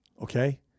okay